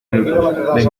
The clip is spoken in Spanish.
minutos